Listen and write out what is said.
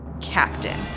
Captain